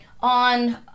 on